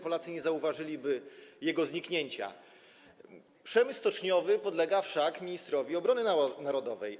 Polacy nie zauważyliby jego zniknięcia, przemysł stoczniowy podlega wszak ministrowi obrony narodowej.